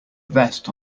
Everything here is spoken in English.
vest